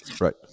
Right